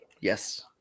yes